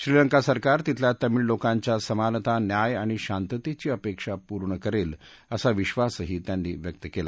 श्रीलंका सरकार तिथल्या तमिळ लोकांच्या समानता न्याय आणि शांततेची अपेक्षा पूर्ण करेल असा विश्वासही त्यांनी व्यक्त केला